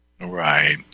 Right